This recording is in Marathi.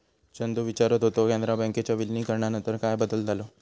चंदू विचारत होतो, कॅनरा बँकेच्या विलीनीकरणानंतर काय बदल झालो?